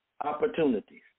opportunities